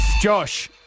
Josh